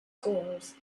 scores